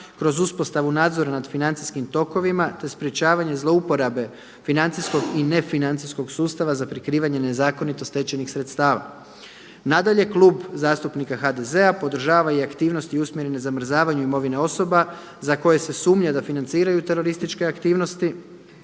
kroz uspostavu nadzora nad financijskim tokovima te sprječavanje zlouporabe financijskog i nefinancijskog sustava za prikrivanje nezakonito stečenih sredstava. Nadalje, Klub zastupnika HDZ-a podržava i aktivnosti i usmjerene zamrzavanju imovine osoba za koje se sumnja da financiraju terorističke aktivnosti